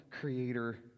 creator